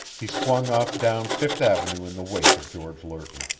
he swung off down fifth avenue in the wake of george lerton.